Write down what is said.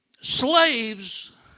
Slaves